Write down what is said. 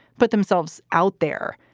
but themselves out there,